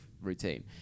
routine